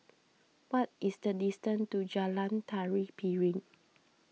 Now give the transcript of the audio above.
what is the distance to Jalan Tari Piring